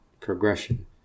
progression